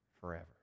forever